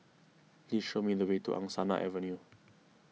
please show me the way to Angsana Avenue